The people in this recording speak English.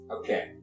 Okay